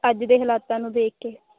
ਅੱਜ ਦੇ ਹਲਾਤਾਂ ਨੂੰ ਦੇਖ ਕੇ